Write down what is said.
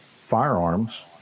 firearms